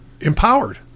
empowered